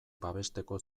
babesteko